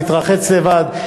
להתרחץ לבד,